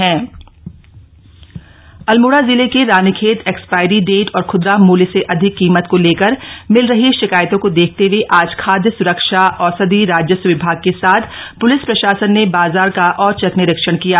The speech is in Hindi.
औचक निरीक्षण अल्मोड़ा जिले के रानीखेत एक्सपायरी डेट और खुदरा मूल्य से अधिक कीमत को लेकर मिलरही शिकायतों के देखते हुए आज खाद्य सुरक्षा औषधि राजस्व विभाग के साथ पुलिस प्रशासन ने बाजार का औचक निरीक्षण किया गया